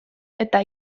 eta